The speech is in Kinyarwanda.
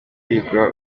kwigwa